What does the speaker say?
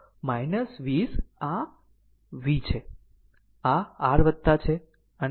તો 20 આ V છે આ r છે આ છે